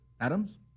Adams